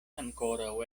ankoraŭ